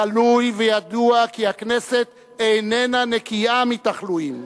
גלוי וידוע כי הכנסת איננה נקייה מתחלואים.